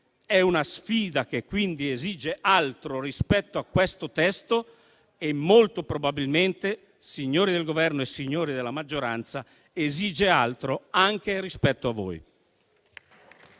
È una sfida che quindi esige altro rispetto a questo testo e molto probabilmente, signori del Governo e della maggioranza, esige altro anche rispetto a voi.